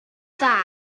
dda